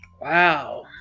Wow